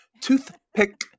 Toothpick